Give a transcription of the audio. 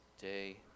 day